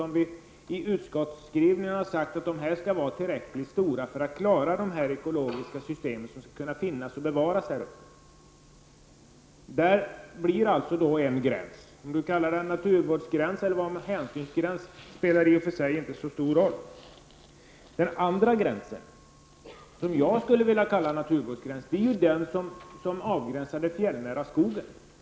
Vi har i utskottsskrivningen sagt att denna hänsynsgräns skall vara tillräckligt långtgående för att skydda och bevara de ekologiska systemen. Här kommer det alltså att finnas en gräns. Om man sedan kallar den naturvårdsgräns eller hänsynsgräns spelar i och för sig inte så stor roll. Den andra gränsen, som jag skulle vilja kalla naturvårdsgräns, är den som avgränsar den fjällnära skogen.